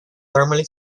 thermally